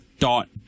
dot